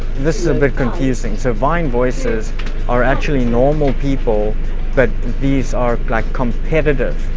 this is a bit confusing. servine voices are actually normal people but these are like competitive.